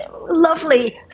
lovely